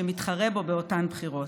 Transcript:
שמתחרה בו באותן בחירות.